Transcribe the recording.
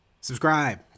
subscribe